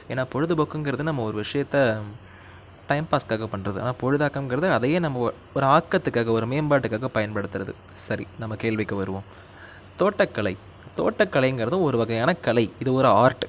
ஏன்னா பொழுது போக்குங்கிறது நம்ம ஒரு விஷயத்த டைம் பாஸ்க்காக பண்ணுறது ஆனால் பொழுதாக்கம்ங்கிறது அதை நம்ம ஒரு ஒரு ஆக்கத்துக்காக ஒரு மேம்பாட்டுக்காக பயன்படுத்துகிறது சரி நம்ம கேள்விக்கு வருவோம் தோட்டக்கலை தோட்டக்கலைங்கிறது ஒரு வகையான கலை இது ஒரு ஆர்ட்